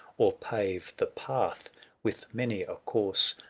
or pave the path with many a corse,